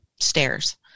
stairs